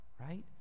right